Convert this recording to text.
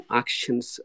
actions